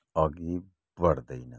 अघि बढ्दैन